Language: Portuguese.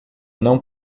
não